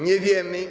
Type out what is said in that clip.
Nie wiemy.